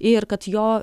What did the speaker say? ir kad jo